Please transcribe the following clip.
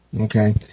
Okay